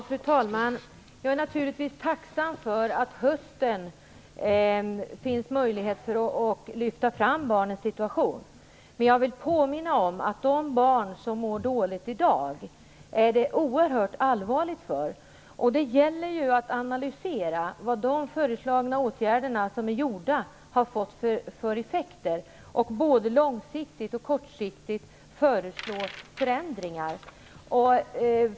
Fru talman! Jag är naturligtvis tacksam för att det till hösten finns möjligheter att lyfta fram barnens situation, men jag vill påminna om att det är oerhört allvarligt för de barn som mår dåligt i dag. Det gäller att analysera vilka effekter de vidtagna åtgärderna har fått och att både långsiktigt och kortsiktigt föreslå förändringar.